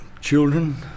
children